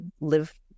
live